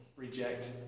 Reject